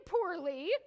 poorly